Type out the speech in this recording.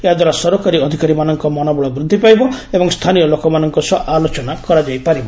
ଏହାଦ୍ୱାରା ସରକାରୀ ଅଧିକାରୀ ମାନଙ୍କ ମନୋବଳ ବୃଦ୍ଧି ପାଇବ ଏବଂ ସ୍ତାନୀୟ ଲୋକ ମାନଙ୍କ ସହ ଆଲୋଚନା କରାଯାଇପାରିବ